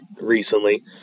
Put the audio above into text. recently